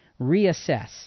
reassess